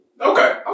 okay